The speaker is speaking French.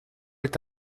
est